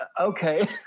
okay